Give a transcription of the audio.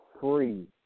free